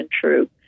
true